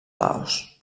laos